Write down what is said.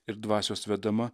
ir dvasios vedama